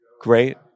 Great